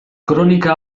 kronika